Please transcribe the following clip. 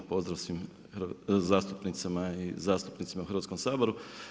Pozdrav svim zastupnicama i zastupnicima u Hrvatskom saboru.